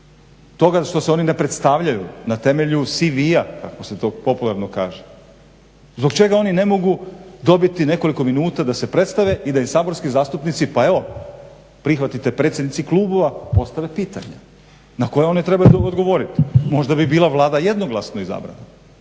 toga što se oni ne predstavljaju, na temelju CV-a kako se to popularno kaže? Zbog čega oni ne mogu dobiti nekoliko minuta da se predstave i da im saborski zastupnici, pa evo prihvatite predsjednici klubova, postave pitanja na koja oni trebaju odgovoriti. Možda bi bila Vlada jednoglasno izabrana